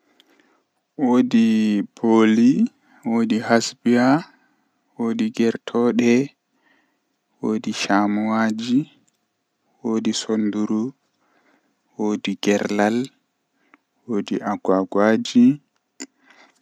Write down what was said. Taalel taalel jannata booyel, Woodi goygoy wa feere don hula nastugo nder nyibre kanko ko nder sei ni odon joodi haa babal laddum oyida nastugo babal nyibre to o nasti nder haske bo odon hulna bikkon nden bikkon wari faami oyida nder nyibre nyede go kan be itti kulol be nangi mo be habbi be sakkini mo haa nder nyibre man.